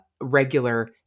regular